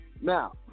Now